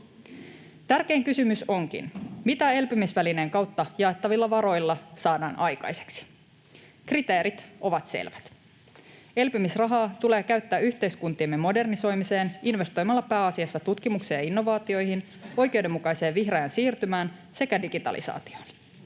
Tärkein kysymys onkin, mitä elpymisvälineen kautta jaettavilla varoilla saadaan aikaiseksi. Kriteerit ovat selvät. Elpymisrahaa tulee käyttää yhteiskuntiemme modernisoimiseen investoimalla pääasiassa tutkimukseen ja innovaatioihin, oikeudenmukaiseen vihreään siirtymään sekä digitalisaatioon.